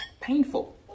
painful